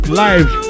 live